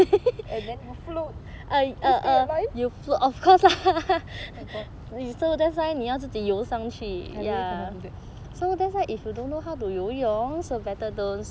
and then you will float to stay alive I really cannot do that